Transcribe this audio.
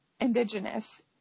indigenous